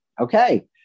okay